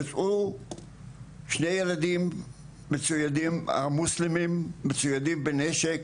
יצאו שני ילדים מוסלמים מצוידים בנשק,